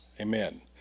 Amen